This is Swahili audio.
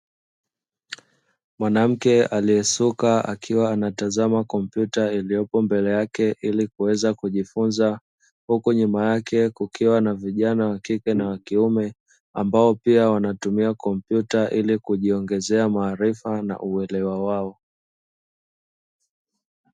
Mwanamke aliyesuka akiwa anatazama kompyuta iliyopo mbele yake ili kuweza kujifunza. Huku nyuma yake kukiwa na vijana wa kike na wa kiume ambao pia wanatumia kompyuta ili kujiongezea maarifa na uelewa wao.